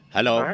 Hello